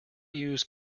use